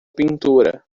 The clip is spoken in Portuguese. pintura